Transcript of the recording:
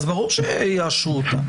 אז ברור שיאשרו אותה.